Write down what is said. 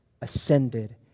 ascended